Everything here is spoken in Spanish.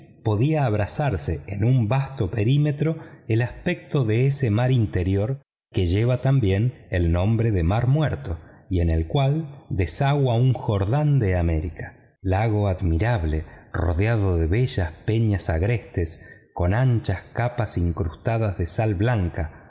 podía abrazarse en un vasto perímetro el aspecto de ese mar interior que lleva también el nombre de mar muerto y en el cual desagua un jordán de américa lago admirable rodeado de bellas peñas agrestes con anchas capas incrustadas de sal blanca